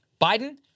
Biden